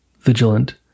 vigilant